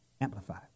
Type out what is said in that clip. Amplify